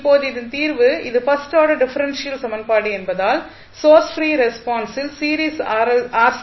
இப்போது இதன் தீர்வு இது ஃபர்ஸ்ட் ஆர்டர் டிஃபரென்ஷியல் சமன்பாடு என்பதால் சோர்ஸ் ப்ரீ ரெஸ்பான்ஸில் சீரிஸ் ஆர்